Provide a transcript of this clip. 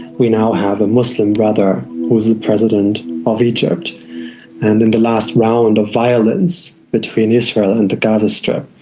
we now have a muslim brother who's the president of egypt and in the last round of violence between israel and the gaza strip,